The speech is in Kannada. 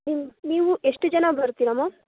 ನೀವು ನೀವು ಎಷ್ಟು ಜನ ಬರ್ತೀರ ಮಾಮ್